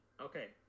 Okay